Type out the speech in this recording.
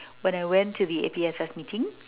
when I went to the A_P_S_S meeting